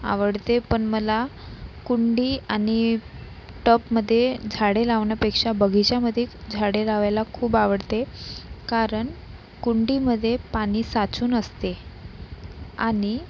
आवडते पण मला कुंडी आणि टबमध्ये झाडे लावण्यापेक्षा बगिचामध्ये झाडे लावायला खूप आवडते कारण कुंडीमध्ये पाणी साचून असते आणि